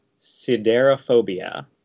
siderophobia